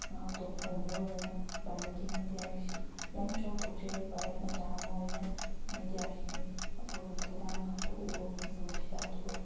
ꯉꯥꯛꯇ ꯐꯣꯡꯕ ꯑꯣꯏꯕꯅ ꯚꯥꯔꯠꯀꯤ ꯃꯦꯗꯤꯌꯥ ꯁꯤꯡ ꯌꯥꯝ ꯆꯥꯎꯊꯣꯛꯆꯩ ꯚꯥꯔꯠ ꯃꯆꯥ ꯑꯃ ꯑꯣꯏꯅ ꯃꯦꯗꯤꯌꯥꯁꯤꯡꯒꯤ ꯑꯐꯕ ꯊꯧꯗꯥꯡ ꯉꯥꯛꯇ ꯎꯕ ꯐꯪꯖꯕꯁꯤꯗ ꯑꯗꯨ